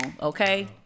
okay